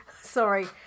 Sorry